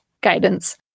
guidance